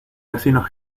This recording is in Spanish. vecinos